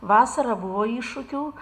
vasarą buvo iššūkių